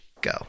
go